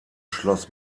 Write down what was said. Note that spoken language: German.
schloss